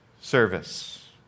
service